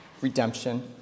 redemption